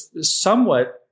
somewhat